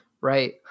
right